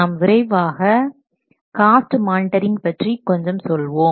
நாம் விரைவாக cost monitoring பற்றி கொஞ்சம் சொல்வோம்